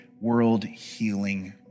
world-healing